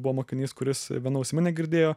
buvo mokinys kuris viena ausimi negirdėjo